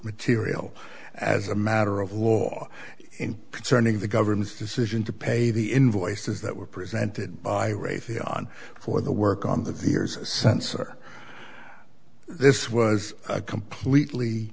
material as a matter of law in concerning the government's decision to pay the invoices that were presented by raytheon for the work on the fears sensor this was a completely